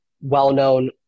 well-known